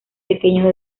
pequeño